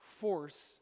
force